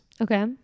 Okay